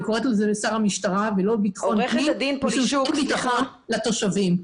אני קוראת לזה שר המשטרה ולא בטחון פנים משום ש- -- בטחון לתושבים.